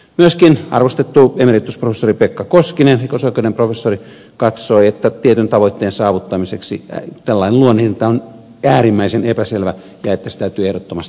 myöskin arvostettu emeritusprofessori pekka koskinen rikosoikeuden professori katsoi että tietyn tavoitteen saavuttamiseksi tällainen luonnehdinta on äärimmäisen epäselvä ja että se täytyy ehdottomasti täsmentää